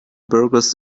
burgers